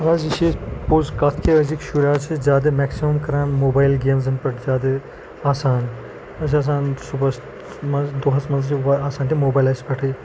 اہَن حظ یہِ چھِ پوٚز کَتھ کہِ أزکۍ شُرۍ حظ چھِ زیادٕ میٚکسِمَم کَران موبایِل گیمزَن پٮ۪ٹھ زیادٕ آسان أسۍ آسان صُبحس منٛزٕ دۄہَس منٛزٕ آسان تِم موبایِلَس پٮ۪ٹھٕے